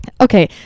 Okay